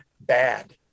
bad